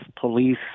police